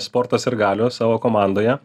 sporto sirgalių savo komandoje